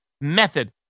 method